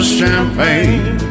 champagne